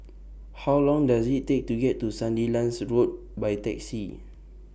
How Long Does IT Take to get to Sandilands Road By Taxi